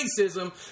racism